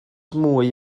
mwy